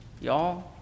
y'all